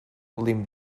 limb